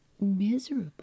miserable